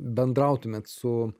bendrautumėt su